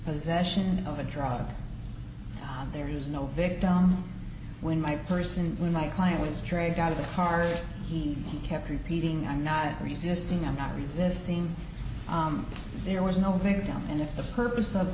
possession of a drug there is no victim when my person when my client was trained out of the car he kept repeating i'm not resisting i'm not resisting there was no baby down and if the purpose of